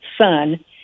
son